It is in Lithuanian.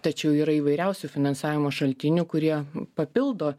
tačiau yra įvairiausių finansavimo šaltinių kurie papildo